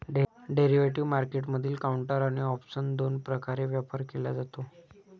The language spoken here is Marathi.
डेरिव्हेटिव्ह मार्केटमधील काउंटर आणि ऑप्सन दोन प्रकारे व्यापार केला जातो